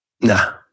nah